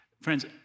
Friends